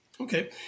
Okay